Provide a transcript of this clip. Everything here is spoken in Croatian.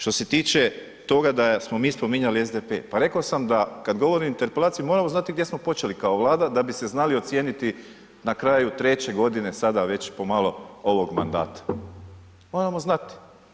Što se tiče toga da smo mi spominjali SDP, pa reko sam da kad govorim o interpelaciji moramo znati gdje smo počeli kao Vlada bi se znali ocijeniti na kraju 3 godine sada već po malo ovog mandata, moramo znati.